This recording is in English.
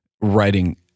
writing